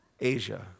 Asia